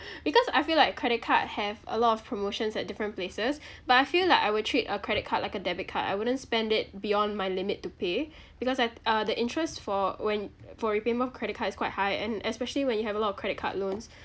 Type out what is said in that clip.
because I feel like credit card have a lot of promotions at different places but I feel like I will treat a credit card like a debit card I wouldn't spend it beyond my limit to pay because like uh the interest for when for repayment of credit card is quite high and especially when you have a lot of credit card loans